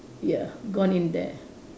ya gone in there